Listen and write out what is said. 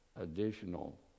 additional